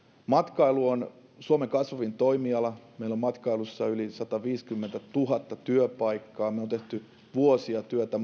matkailu on suomen kasvavin toimiala meillä on matkailussa yli sataviisikymmentätuhatta työpaikkaa me olemme tehneet vuosia työtä